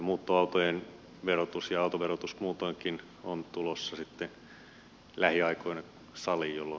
muuttoautojen verotus ja autoverotus muutoinkin on tulossa sitten lähiaikoina sallii olla